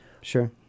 sure